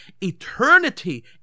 Eternity